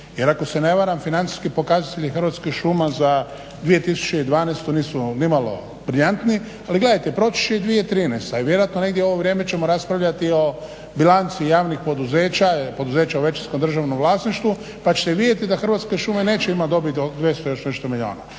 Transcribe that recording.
Jer ako se ne varam financijski pokazatelji Hrvatskih šuma za 2012. nisu ni malo briljantni. Ali gledajte proći će i 2013. i vjerojatno negdje u ovo vrijeme ćemo raspravljati i o bilanci javnih poduzeća, poduzeća u većinskom državnom vlasništvu pa ćete vidjeti da Hrvatske šume neće imati dobit od 200 i još nešto milijuna.